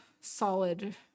solid